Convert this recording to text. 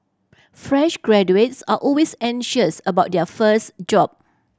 fresh graduates are always anxious about their first job